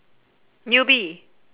newbie